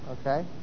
Okay